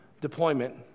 deployment